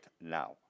now